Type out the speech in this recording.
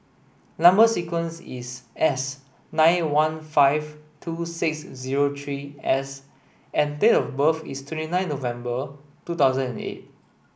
number sequence is S nine one five two six zero three S and date of birth is twenty nine November two thousand and eight